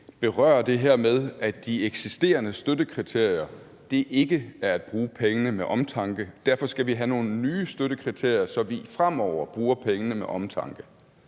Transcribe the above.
berører det her med, at man med de eksisterende støttekriterier ikke bruger pengene med omtanke, og at vi derfor skal have nogle nye støttekriterier, så vi fremover bruger pengene med omtanke.